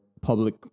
public